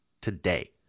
today